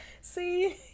See